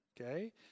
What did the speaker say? Okay